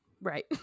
Right